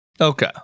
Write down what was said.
Okay